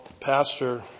pastor